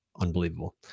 unbelievable